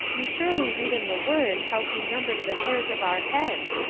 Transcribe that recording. you surely read in the word how he numbers the hairs of our heads,